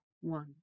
one